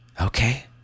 okay